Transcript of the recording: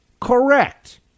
correct